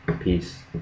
Peace